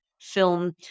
film